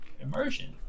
immersion